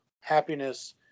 happiness